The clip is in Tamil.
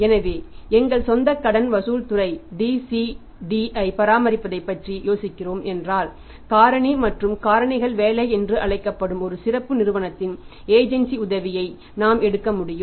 எனவே எங்கள் சொந்த கடன் வசூல் துறை DCDஐ பராமரிப்பதை பற்றி யோசிக்கிறோம் என்றால் காரணி மற்றும் காரணிகள் வேலை என்று அழைக்கப்படும் ஒரு சிறப்பு நிறுவனத்தின் ஏஜென்சி உதவியை நாம் எடுக்க முடியும்